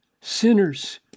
sinners